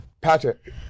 Patrick